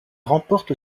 remporte